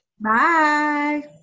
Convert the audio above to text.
Bye